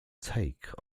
take